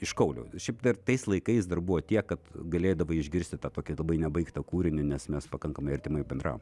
iškaulijau šiaip dar tais laikais dar buvo tiek kad galėdavai išgirsti tą tokia labai nebaigtą kūrinį nes mes pakankamai artimai bendravom